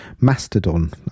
Mastodon